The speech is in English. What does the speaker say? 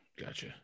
Gotcha